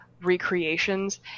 recreations